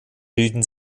bilden